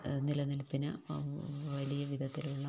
നിലനിൽപ്പിന് വലിയവിധത്തിലുള്ള